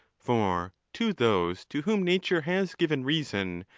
for to those to whom nature has given reason,